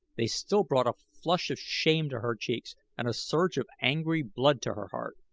they still brought a flush of shame to her cheeks and a surge of angry blood to her heart.